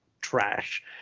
trash